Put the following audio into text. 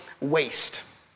waste